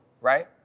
right